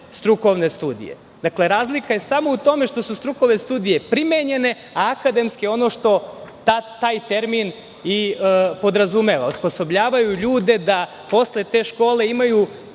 strukovne studije. Dakle, razlika je u tome samo što su strukovne studije primenjene, a akademske ono što taj termin i podrazumeva, osposobljavaju ljude da posle te škole imaju